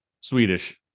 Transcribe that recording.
Swedish